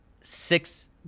six